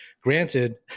Granted